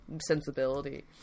sensibility